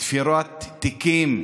תפירת תיקים,